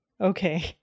Okay